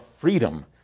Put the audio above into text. freedom